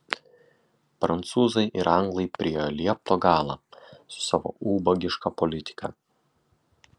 prancūzai ir anglai priėjo liepto galą su savo ubagiška politika